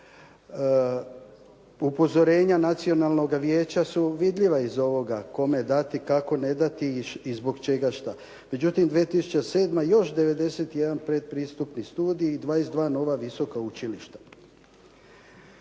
Upozorenja Nacionalnog vijeća su vidljiva iz ovoga kome dati, kako ne dati i zbog čega šta. Međutim, 2007. još 91 predpristupni studij i 22 nova visoka učilišta.